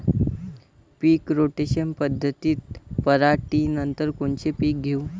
पीक rotation पद्धतीत पराटीनंतर कोनचे पीक घेऊ?